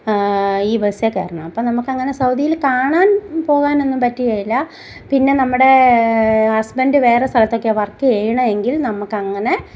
ഈ ബസ്സിൽ കയറണം അപ്പം നമുക്കങ്ങനെ സൗദിയിൽ കാണാൻ പോവാനൊന്നും പറ്റുവേല പിന്നെ നമ്മുടെ ഹസ്ബൻഡ് വേറെ സ്ഥലത്തൊക്കയാണ് വർക്ക് ചെയ്യുന്നതെങ്കിൽ നമുക്ക് അങ്ങനെ